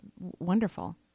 wonderful